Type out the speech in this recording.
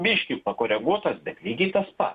biškį pakoreguotas bet lygiai tas pat